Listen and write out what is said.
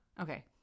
Okay